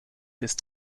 ist